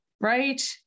right